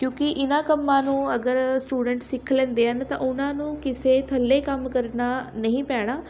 ਕਿਉਂਕਿ ਇਹਨਾਂ ਕੰਮਾਂ ਨੂੰ ਅਗਰ ਸਟੂਡੈਂਟ ਸਿੱਖ ਲੈਂਦੇ ਹਨ ਤਾਂ ਉਹਨਾਂ ਨੂੰ ਕਿਸੇ ਥੱਲੇ ਕੰਮ ਕਰਨਾ ਨਹੀਂ ਪੈਣਾ